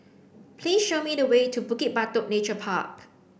please show me the way to Bukit Batok Nature Park